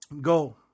Go